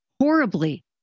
horribly